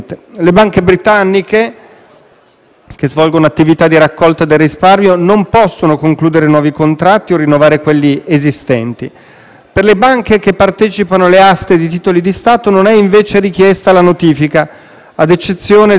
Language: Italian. che svolgono attività di raccolta del risparmio, non possono concludere nuovi contratti o rinnovare quelli esistenti. Per le banche che partecipano alle aste dei titoli di Stato non è invece richiesta la notifica, ad eccezione dell'attività di raccolta del risparmio.